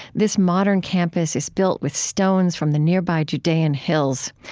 this modern campus is built with stones from the nearby judean hills.